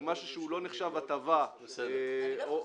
כמשהו שלא נחשב הטבה או --- מכיוון